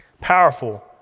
Powerful